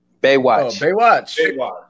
Baywatch